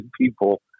people